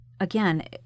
Again